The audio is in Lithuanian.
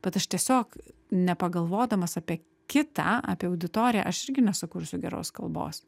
bet aš tiesiog nepagalvodamas apie kitą apie auditoriją aš irgi nesukursiu geros kalbos